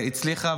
הצליחה,